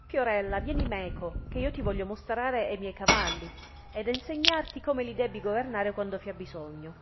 disse fiorella vieni meco che io ti voglio mostrare e miei cavalli ed ensegnarti come li debbi governare quando fia bisogno